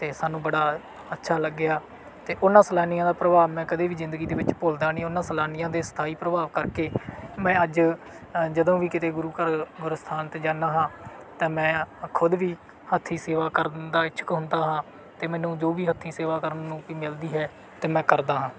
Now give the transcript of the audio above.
ਅਤੇ ਸਾਨੂੰ ਬੜਾ ਅੱਛਾ ਲੱਗਿਆ ਅਤੇ ਉਹਨਾਂ ਸੈਲਾਨੀਆਂ ਦਾ ਪ੍ਰਭਾਵ ਮੈਂ ਕਦੇ ਵੀ ਜ਼ਿੰਦਗੀ ਦੇ ਵਿੱਚ ਭੁੱਲਦਾ ਨਹੀਂ ਉਹਨਾਂ ਸੈਲਾਨੀਆਂ ਦੇ ਸਥਾਈ ਪ੍ਰਭਾਵ ਕਰਕੇ ਮੈਂ ਅੱਜ ਜਦੋਂ ਵੀ ਕਿਤੇ ਗੁਰੂ ਘਰ ਗੁਰ ਅਸਥਾਨ 'ਤੇ ਜਾਂਦਾ ਹਾਂ ਤਾਂ ਮੈਂ ਖੁਦ ਵੀ ਹੱਥੀਂ ਸੇਵਾ ਕਰਨ ਦਾ ਇੱਛੁਕ ਹੁੰਦਾ ਹਾਂ ਅਤੇ ਮੈਨੂੰ ਜੋ ਵੀ ਹੱਥੀਂ ਸੇਵਾ ਕਰਨ ਨੂੰ ਮਿਲਦੀ ਹੈ ਤਾਂ ਮੈਂ ਕਰਦਾ ਹਾਂ